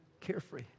carefree